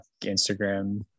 Instagram